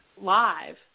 live